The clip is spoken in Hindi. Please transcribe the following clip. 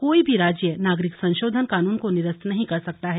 कोई भी राज्य नागरिक संशोधन कानून को निरस्त नहीं कर सकता है